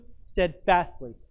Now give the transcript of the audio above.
steadfastly